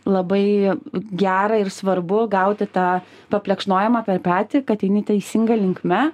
labai gera ir svarbu gauti tą paplekšnojimą per petį kad eini teisinga linkme